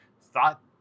Thought